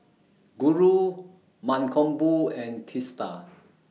Guru Mankombu and Teesta